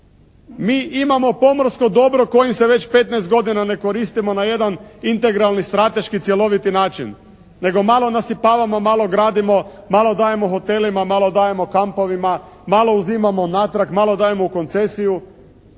Mi imamo pomorsko dobro kojim se već petnaest godine ne koristimo na jedan integralni, strateški, cjeloviti način nego malo nasipavamo, malo gradimo, malo dajemo hotelima, malo dajemo kampovima, malo uzimamo natrag, malo dajemo u koncesiju.